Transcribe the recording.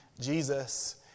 Jesus